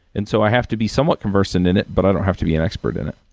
and so, i have to be somewhat conversant in it, but i don't have to be an expert in it.